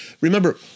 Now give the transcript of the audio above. Remember